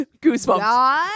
goosebumps